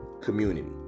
community